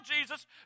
Jesus